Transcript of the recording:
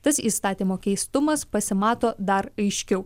tas įstatymo keistumas pasimato dar aiškiau